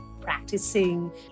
practicing